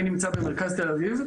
אני נמצא במרכז תל אביב,